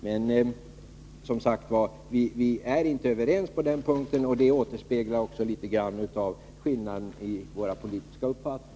Vi är som sagt inte överens på den punkten, och det återspeglar också litet grand av skillnaden i våra politiska uppfattningar.